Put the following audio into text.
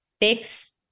fix